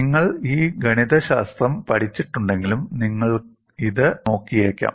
നിങ്ങൾ ഈ ഗണിതശാസ്ത്രം പഠിച്ചിട്ടുണ്ടെങ്കിലും നിങ്ങൾ ഇത് നോക്കിയേക്കാം